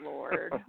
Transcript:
Lord